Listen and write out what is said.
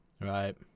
right